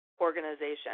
organization